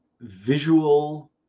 visual